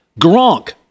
Gronk